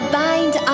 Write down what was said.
bind